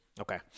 Okay